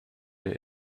der